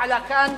הוא עלה כאן